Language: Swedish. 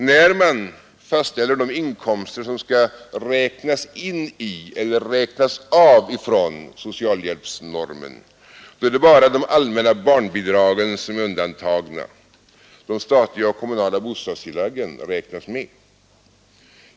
När man fastställer de inkomster som skall socialhjälpsnormen är det bara de allmänna barnbidragen som är nas in i eller räknas av från undantagna. De statliga och kommunala bostadstilläggen räknas med.